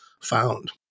found